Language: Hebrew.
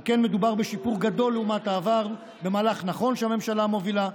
על כן מדובר בשיפור גדול לעומת העבר במהלך נכון שהממשלה מובילה,